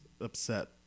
upset